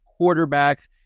quarterbacks